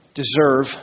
deserve